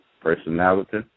personality